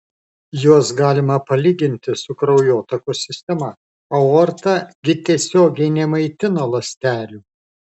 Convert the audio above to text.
juos galima palyginti su kraujotakos sistema aorta gi tiesiogiai nemaitina ląstelių